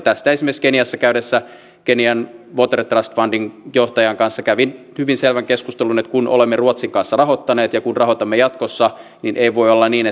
tästä esimerkiksi keniassa käydessäni kenian water trust fundin johtajan kanssa kävin hyvin selvän keskustelun että kun olemme ruotsin kanssa rahoittaneet ja kun rahoitamme jatkossa niin ei voi olla niin